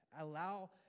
Allow